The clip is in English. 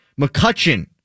McCutcheon